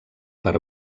per